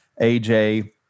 AJ